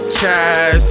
Chaz